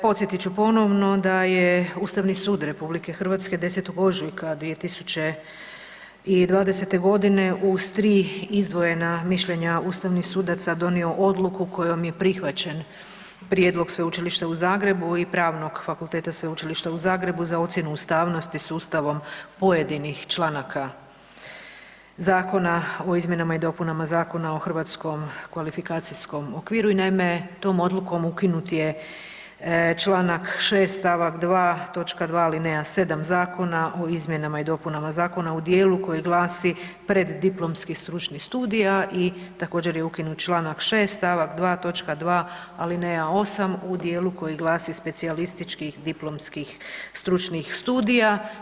Podsjetit ću ponovno da je Ustavni sud RH 10. ožujka 2020. g. uz tri izdvojena mišljenja ustavnih sudaca, donio odluku kojom je prihvaćen prijedlog Sveučilišta u Zagrebu i Pravnog fakulteta Sveučilišta u Zagrebu za ocjenu ustavnosti s ustavom pojedinih članaka zakona o izmjenama i dopunama Zakona o HKO-u i naime, tom odlukom ukinut je čl. 6. stavak 2. točka 2. alineja 7. zakona, o izmjenama i dopunama zakona u djelu koji glasi „preddiplomskih stručnih studija“ a i također je ukinut čl. 6. stavak 2. točka 2. alineja 8. u djelu koji glasi „specijalističkih diplomskih stručnih studija“